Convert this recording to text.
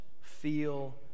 feel